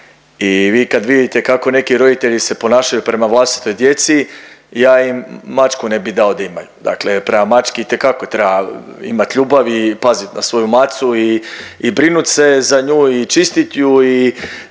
I vi kad vidite kako neki roditelji se ponašaju prema vlastitoj djeci, ja im mačku ne bih dao da imaju. Dakle, prema mački itekako treba imati ljubavi, pazit na svoju macu i brinut se za nju i čistit ju i